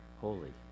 holy